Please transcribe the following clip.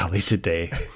today